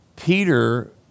Peter